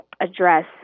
address